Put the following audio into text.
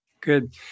good